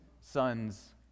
son's